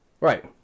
Right